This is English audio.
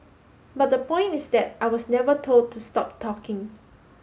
but the point is that I was never told to stop talking